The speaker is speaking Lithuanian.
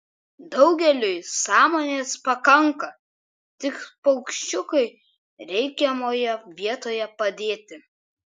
daugeliui sąmonės pakanka tik paukščiukui reikiamoje vietoje padėti